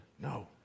No